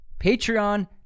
patreon